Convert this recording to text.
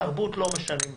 תרבות לא משנים בשעה.